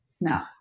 no